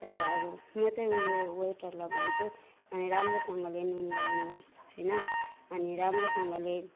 तर अब म चाहिँ उयो वेटरलाई भन्छु अलि राम्रोसँगले नुन लगाउनुहोस् होइन अनि राम्रोसँगले